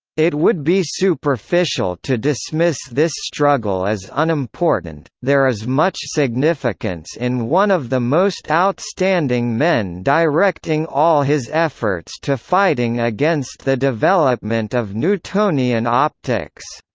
it would be superficial to dismiss this struggle as unimportant there is much significance in one of the most outstanding men directing all his efforts to fighting against the development of newtonian optics.